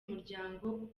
muryango